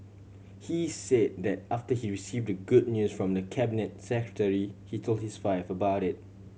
he said that after he receive the good news from the Cabinet Secretary he told his for about it